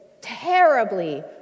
terribly